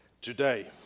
today